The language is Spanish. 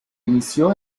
inició